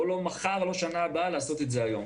לא מחר ולא בשנה הבאה אלא לעשות את זה היום.